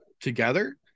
together